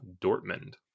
dortmund